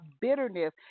bitterness